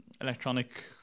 electronic